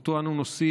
שאותו אנו נושאים,